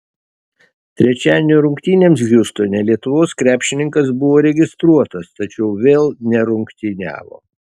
trečiadienio rungtynėms hjustone lietuvos krepšininkas buvo registruotas tačiau vėl nerungtyniavo